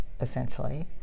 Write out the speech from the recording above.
essentially